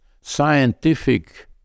scientific